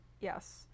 yes